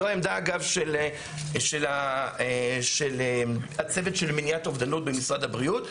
זו העמדה של הצוות של מניעת אובדות במשרד הבריאות,